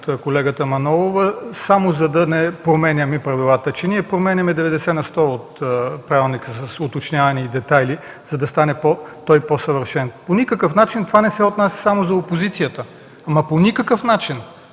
от колегата Манолова само за да не променяме правилата. Че ние променяме 90 на сто от правилника с уточняване и детайли, за да стане той по-съвършен. По никакъв начин това не се отнася само за опозицията. По никакъв начин!